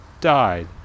died